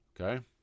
Okay